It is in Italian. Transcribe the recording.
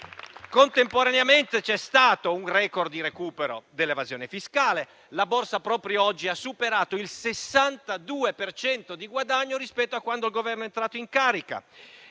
Contemporaneamente, c'è stato un *record* di recupero dell'evasione fiscale e la Borsa proprio oggi ha superato il 62 per cento di guadagno rispetto a quando il Governo è entrato in carica.